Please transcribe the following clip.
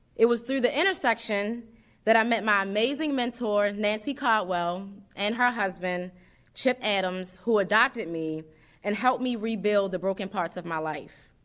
it was through the intersection that i met my amazing mentor nancy cauldwell and her husband chip adams who adopted me and helped me rebuild the broken parts of my life.